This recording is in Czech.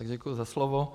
Děkuji za slovo.